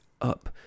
up